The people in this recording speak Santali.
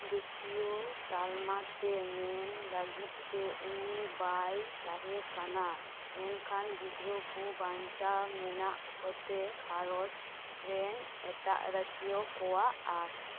ᱫᱤᱥᱩᱣᱟᱹ ᱛᱟᱞᱢᱟ ᱛᱮ ᱢᱮᱱ ᱞᱟᱹᱜᱤᱫ ᱛᱮ ᱩᱱᱤ ᱵᱟᱭ ᱛᱟᱦᱮᱸᱠᱟᱱᱟ ᱮᱱᱠᱷᱟᱱ ᱜᱤᱫᱽᱨᱟᱹ ᱠᱳ ᱵᱟᱧᱪᱟᱣ ᱢᱮᱱᱟᱜ ᱠᱚᱛᱮ ᱜᱷᱟᱨᱚᱧᱡᱽ ᱨᱮᱱ ᱮᱴᱟᱜ ᱨᱟᱹᱥᱤᱭᱟᱹ ᱠᱳᱣᱟᱜ ᱟᱸᱥ